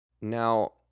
Now